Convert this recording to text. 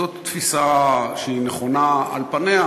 זאת תפיסה שהיא נכונה על פניה